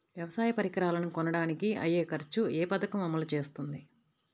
వ్యవసాయ పరికరాలను కొనడానికి అయ్యే ఖర్చు ఏ పదకము అమలు చేస్తుంది?